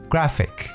Graphic